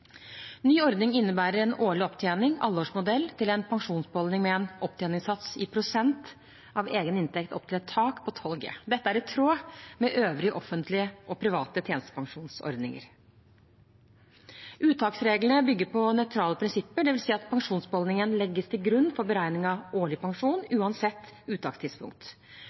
Ny ordning innebærer en årlig opptjening, alleårsmodell, til en pensjonsbeholdning med en opptjeningssats i prosent av egen inntekt opp til et tak på 12G. Dette er i tråd med øvrige offentlige og private tjenestepensjonsordninger. Uttaksreglene bygger på nøytrale prinsipper, dvs. at pensjonsbeholdningen legges til grunn for beregning av årlig pensjon uansett uttakstidspunkt.